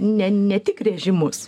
ne ne tik režimus